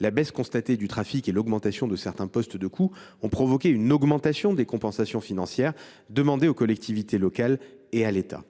La baisse constatée du trafic et l’augmentation de certains postes de coûts ont provoqué une augmentation des compensations financières demandées aux collectivités locales et à l’État.